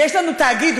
ויש לנו תאגידוש.